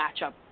matchup